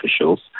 officials